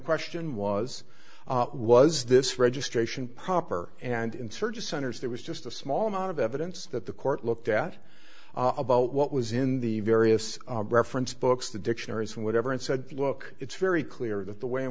question was was this registration proper and in search of centers there was just a small amount of evidence that the court looked at about what was in the various reference books the dictionaries whatever and said look it's very clear that the way in